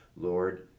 Lord